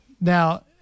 Now